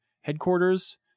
headquarters